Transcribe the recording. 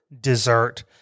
dessert